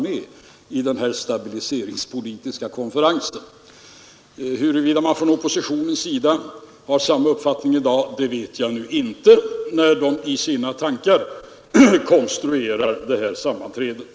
Man skall göra det på andra vägar i stället för att göra som nu. Säger ni det för ni en öppen och ärlig debatt gentemot väljarna.